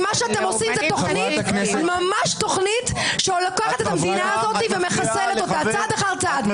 אתם עושים ממש תוכנית שלוקחת את המדינה הזאת ומחסלת אותה צעד אחר צעד.